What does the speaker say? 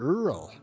Earl